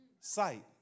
sight